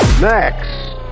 Next